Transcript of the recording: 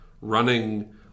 running